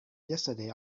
yesterday